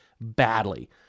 badly